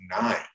nine